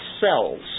cells